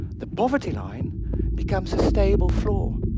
the poverty line becomes a stable floor.